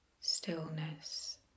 stillness